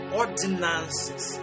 ordinances